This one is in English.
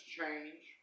change